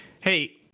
hey